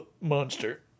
monster